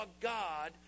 God